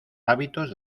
hábitos